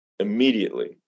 immediately